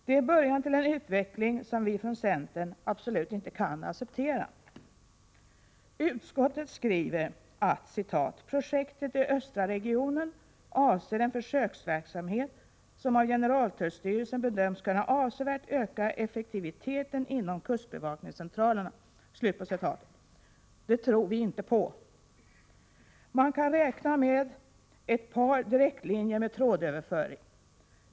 Det är början till en utveckling som vi från centern absolut inte kan acceptera. Utskottet skriver att ”projektet i östra regionen avser en försöksverksamhet som av generaltullstyrelsen bedömts kunna avsevärt öka effektiviteten inom kustbevakningscentralerna”. Det tror vi inte på. Man kan räkna med ett par direktlinjer med trådöverföring.